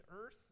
earth